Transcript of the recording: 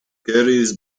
carries